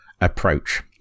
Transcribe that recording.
approach